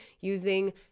using